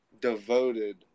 devoted